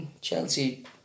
Chelsea